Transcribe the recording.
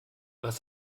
was